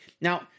Now